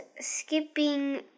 skipping